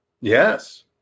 Yes